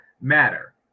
matter